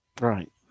Right